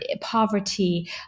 poverty